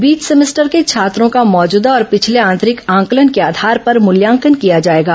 बीच semester के छात्रों का मौजूदा और पिछले आंतरिक आंकलन के आधार पर मूल्यांकन किया जाएगा